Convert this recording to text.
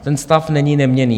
Ten stav není neměnný.